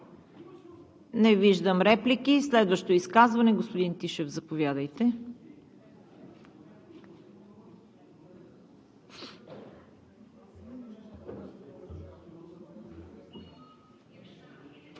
Не виждам. Следващо изказване – господин Тишев, заповядайте.